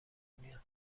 دنیا